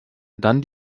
dann